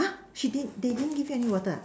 she did they didn't give you any water ah